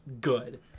good